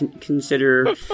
consider